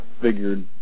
figured